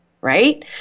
right